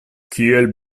kiel